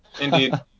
Indeed